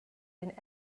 and